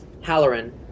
Halloran